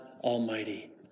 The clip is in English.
Almighty